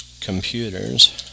computers